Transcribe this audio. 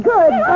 Good